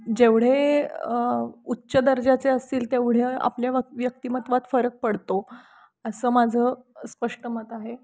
जेवढे उच्च दर्जाचे असतील तेवढे आपल्या व व्यक्तिमत्वाात फरक पडतो असं माझं स्पष्ट मत आहे